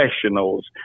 professionals